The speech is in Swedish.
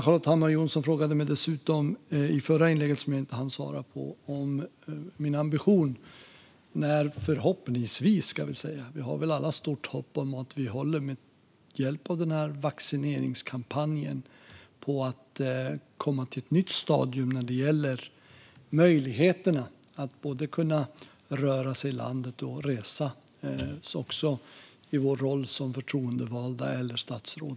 I sitt tidigare inlägg frågade Ann-Charlotte Hammar Johnsson mig något som jag inte hann svara på, nämligen om min ambition. Vi har väl alla stort hopp om att vi med hjälp av vaccineringskampanjen håller på att komma till ett nytt stadium när det gäller möjligheterna att röra sig i landet och resa - också vi i våra roller som förtroendevalda och statsråd.